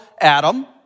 Adam